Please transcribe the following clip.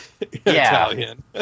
Italian